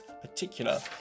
particular